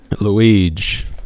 Luigi